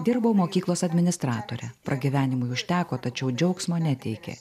dirbau mokyklos administratore pragyvenimui užteko tačiau džiaugsmo neteikė